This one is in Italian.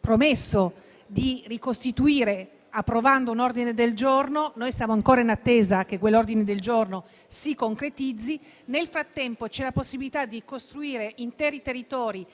promesso di ricostituire, approvando un ordine del giorno, che siamo ancora in attesa che si concretizzi. Nel frattempo, c'è la possibilità di costruire interi territori,